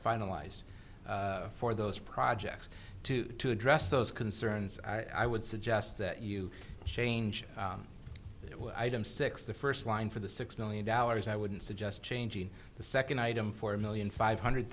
finalized for those projects to address those concerns i would suggest that you change it with item six the first line for the six million dollars i wouldn't suggest changing the second item for a million five hundred